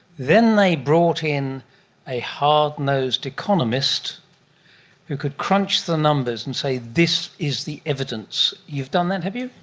then they brought in a hard-nosed economist who could crunch the numbers and say this is the evidence. you've done that, have you?